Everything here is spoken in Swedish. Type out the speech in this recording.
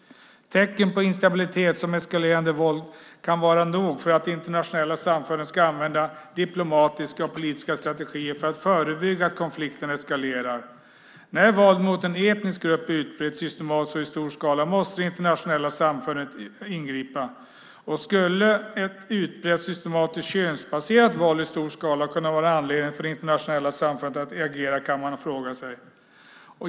Tecken på instabilitet som eskalerande våld kan vara nog för att det internationella samfundet ska använda diplomatiska och politiska strategier för att förebygga att konflikten eskalerar. När våld mot en etnisk grupp är utbrett och systematiskt i stor skala måste det internationella samfundet ingripa. Skulle ett utbrett och systematiskt könsbaserat våld i stor skala kunna vara anledning för det internationella samfundet att agera, kan man fråga sig.